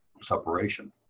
separation